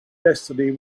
destiny